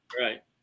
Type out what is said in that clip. Right